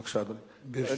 בבקשה, אדוני.